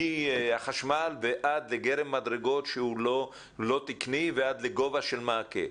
מהחשמל ועד לגרם מדרגות שהוא לא תקני ועד לגובה של מעקה.